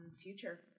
future